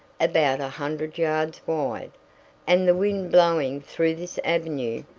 about a hundred yards wide and the wind blowing through this avenue,